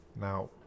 Now